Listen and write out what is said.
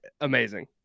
amazing